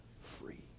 free